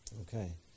Okay